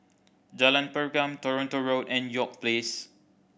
Jalan Pergam Toronto Road and York Place